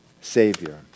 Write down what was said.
Savior